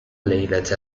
ليلة